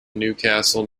newcastle